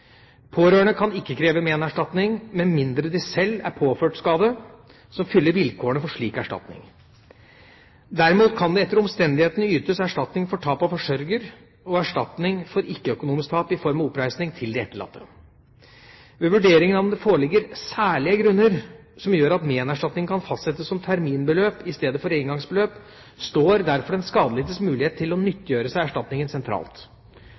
Pårørende kan ikke kreve menerstatning, med mindre de sjøl er påført skade som fyller vilkårene for slik erstatning. Derimot kan det etter omstendighetene ytes erstatning for tap av forsørger og erstatning for ikke-økonomisk tap i form av oppreisning til de etterlatte. Ved vurderingen av om det foreligger særlige grunner som gjør at menerstatningen kan fastsettes som terminbeløp i stedet for et engangsbeløp, står derfor den skadelidtes mulighet til å nyttiggjøre seg erstatningen sentralt.